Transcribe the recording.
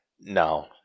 No